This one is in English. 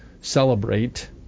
celebrate